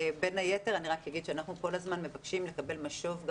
בין היתר אני גם אומר שאנחנו תמיד מבקשים לקבל משוב,